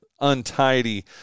untidy